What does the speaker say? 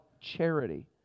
charity